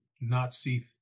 Nazi